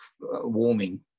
warming